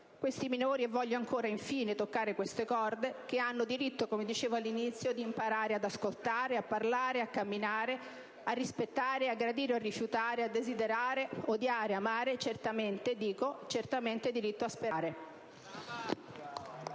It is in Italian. Quei minori, e voglio infine toccare ancora queste corde, che hanno diritto, come dicevo all'inizio, a imparare ad ascoltare, a parlare, a camminare, a rispettare, a gradire o rifiutare, a desiderare, odiare, amare e che hanno certamente - sottolineo: certamente - diritto a sperare.